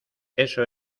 eso